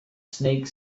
snake